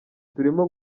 turimo